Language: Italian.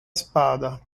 spada